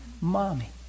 mommy